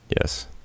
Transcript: Yes